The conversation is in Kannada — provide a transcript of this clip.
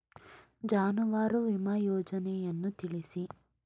ಜಾನುವಾರು ವಿಮಾ ಯೋಜನೆಯನ್ನು ತಿಳಿಸಿ?